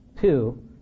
two